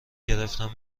گرفتم